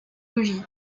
logis